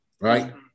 right